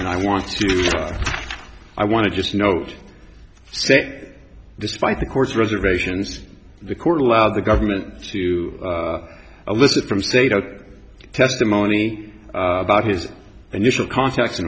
and i want to i want to just note say despite the court's reservations the court allowed the government to elicit from state a testimony about his initial contact